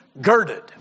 girded